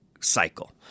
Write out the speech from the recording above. cycle